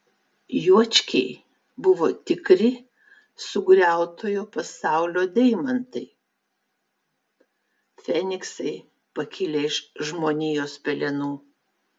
juočkiai buvo tikri sugriautojo pasaulio deimantai feniksai pakilę iš žmonijos pelenų